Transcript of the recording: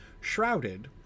shrouded